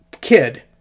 kid